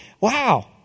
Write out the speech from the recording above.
wow